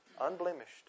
unblemished